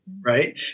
right